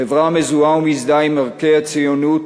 חברה המזוהה ומזדהה עם ערכי הציונות,